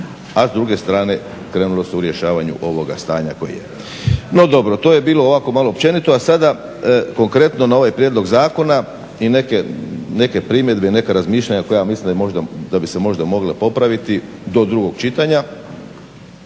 a s druge strane krenulo se u rješavanju ovoga stanja koji je. No dobro, to je bilo ovako malo općenito, a sada konkretno na ovaj prijedlog zakona i neke primjedbe i neka razmišljanja koja ja mislim da bi se možda mogla popraviti do drugog čitanja.